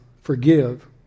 forgive